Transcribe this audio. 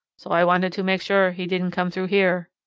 so i wanted to make sure he didn't come through here.